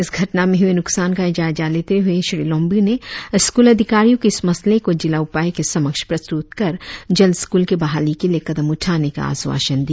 इस घटना में हुए नुकसान का जायजा लेते हुए श्री लोमबी ने स्कूल अधिकारियों को इस मसले को जिला उपायुक्त के समक्ष प्रस्तुत कर जल्द स्कूल के बहाली के लिए कदम उठाने का आश्वासन दिया